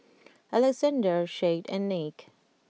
Alexander Chet and Nick